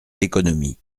l’économie